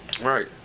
Right